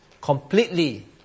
completely